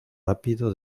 rápido